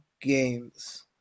games